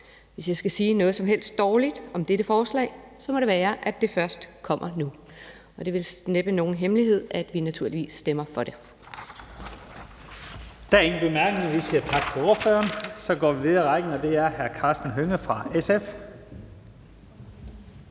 Hvis jeg skal sige noget som helst dårligt om dette forslag, så må det være, at det først kommer nu, og det er vist næppe nogen hemmelighed, at vi naturligvis stemmer for det.